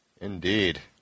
Indeed